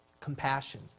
compassion